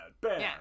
Bad